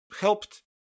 helped